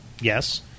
Yes